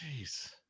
jeez